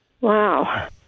wow